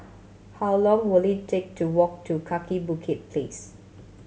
how long will it take to walk to Kaki Bukit Place